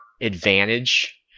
advantage